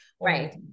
right